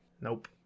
nope